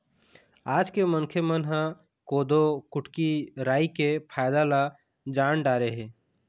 आज के मनखे मन ह कोदो, कुटकी, राई के फायदा ल जान डारे हे